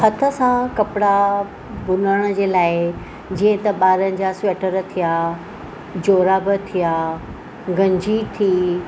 हथ सां कपिड़ा बुनण जे लाइ जीअं त ॿारनि जा सीटर थिया जोराब थिया गंजी थी